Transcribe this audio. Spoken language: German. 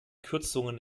kürzungen